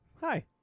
hi